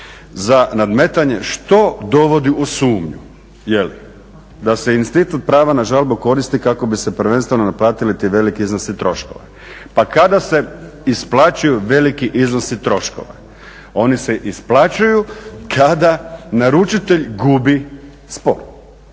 za nadmetanje. Što dovodi u sumnju da se institut prava na žalbu koristi kako bi se prvenstveno naplatili ti veliki iznosi troškova. Pa kada se isplaćuju veliki iznosi troškova? Oni se isplaćuju kada naručitelj gubi spor.